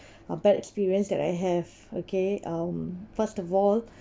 uh bad experience that I have okay um first of all